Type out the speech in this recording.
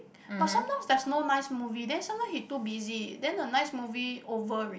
but sometimes there's no nice movie then sometimes he too busy then the nice movie over already